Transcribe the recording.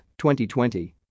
2020